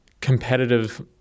competitive